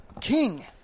King